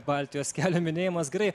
baltijos kelio minėjimas gerai